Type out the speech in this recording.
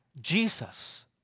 Jesus